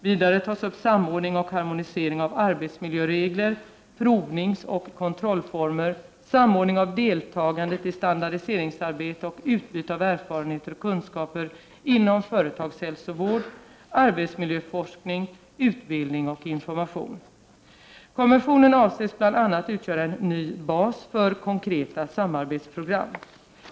Vidare tas upp samordning och harmonisering av arbetsmiljöregler, provningsoch kontrollformer, samordning av deltagandet i standardiseringsarbete och utbyte av erfarenheter och kunskaper inom företagshälsovård, arbetsmiljöforskning, utbildning och information. Konventionen avses bl.a. utgöra en ny bas för konkreta samarbetsprogram.